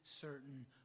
certain